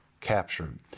captured